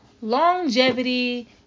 longevity